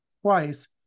twice